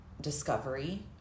discovery